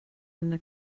lena